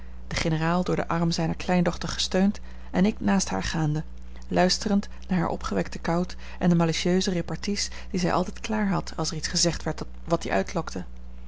de generaal door den arm zijner kleindochter gesteund en ik naast haar gaande luisterend naar haar opgewekten kout en de malicieuse reparties die zij altijd klaar had als er iets gezegd werd wat die uitlokte